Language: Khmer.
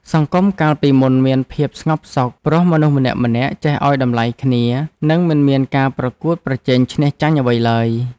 សង្គមកាលពីមុនមានភាពស្ងប់សុខ ព្រោះមនុស្សម្នាក់ៗចេះឱ្យតម្លៃគ្នា និងមិនមានការប្រកួតប្រជែងឈ្នះចាញ់អ្វីឡើយ។